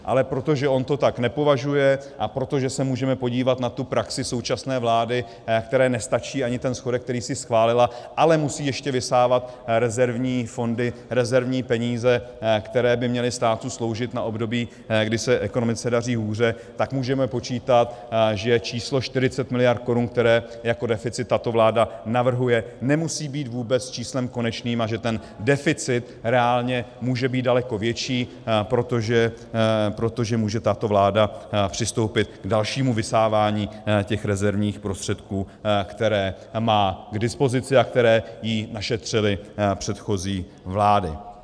Ale protože on to tak nepovažuje a protože se můžeme podívat na tu praxi současné vlády, které nestačí ani ten schodek, který si schválila, ale musí ještě vysávat rezervní fondy, rezervní peníze, které by měly státu sloužit na období, kdy se ekonomice daří hůře, tak můžeme počítat, že číslo 40 miliard korun, které jako deficit tato vláda navrhuje, nemusí být vůbec číslem konečným, a že ten deficit reálně může být daleko větší, protože může tato vláda přistoupit k dalšímu vysávání těch rezervních prostředků, které má k dispozici a které jí našetřily předchozí vlády.